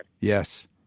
Yes